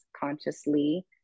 consciously